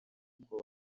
uko